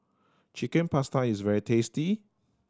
Chicken Pasta is very tasty